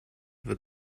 wird